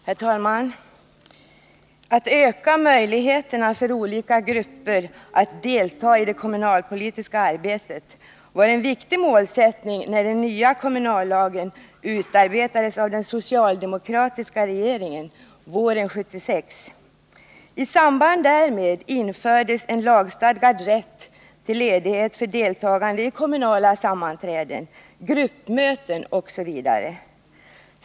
Herr talman! Att öka möjligheterna för olika grupper att delta i det kommunalpolitiska arbetet var en viktig målsättning när den nya kommunallagen utarbetades av den socialdemokratiska regeringen våren 1976. I samband därmed infördes lagstadgad rätt till ledighet för deltagande i kommunala sammanträden, gruppmöten osv.